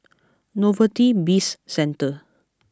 Novelty Bizcentre